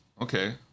okay